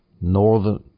northern